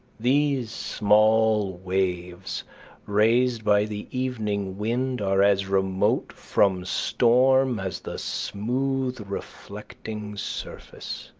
these small waves raised by the evening wind are as remote from storm as the smooth reflecting surface.